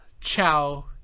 ciao